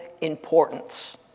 importance